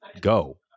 go